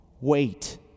wait